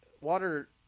water